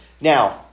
Now